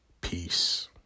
Peace